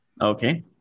Okay